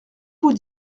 vous